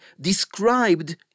described